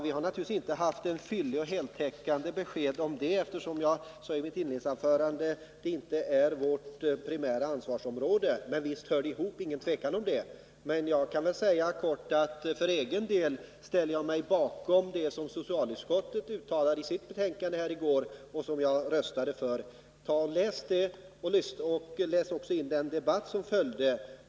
Vi har inte haft en fyllig och heltäckande diskussion om detta. I inledningsanförandet sade jag att detta inte är vårt primära ansvarsområde. Men visst hör dessa saker ihop — det är ingen tvekan om det. Jag kan kort säga att jag för egen del ställer mig bakom det som socialutskottet uttalade i sitt betänkande som behandlades här i går och som jag röstade för. Läs det, och läs också den debatt som följde!